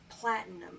platinum